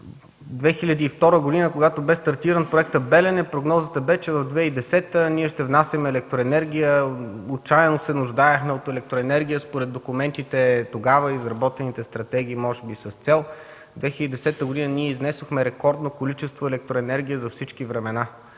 2002 г., когато бе стартиран Проекта „Белене”, прогнозата бе, че в 2010 г. ние ще внасяме електроенергия, отчаяно се нуждаехме от електроенергия според документите тогава и изработените стратегии – може би с цел. В 2010 г. ние изнесохме рекордно количество електроенергия за всички времена.